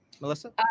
Melissa